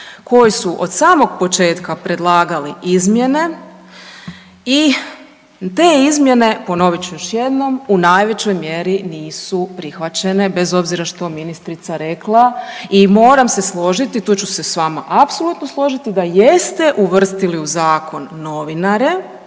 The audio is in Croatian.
koji su od samog početka predlagali izmjene i te izmjene ponovit ću još jednom u najvećoj mjeri nisu prihvaćene bez obzira što ministrica rekla. I moram se složiti, tu ću se sa vama apsolutno složiti da jeste uvrstili u zakon novinare,